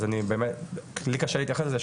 אז באמת לי קשה להתייחס לזה,